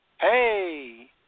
hey